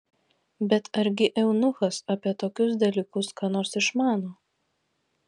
bet argi eunuchas apie tokius dalykus ką nors išmano